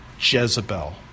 Jezebel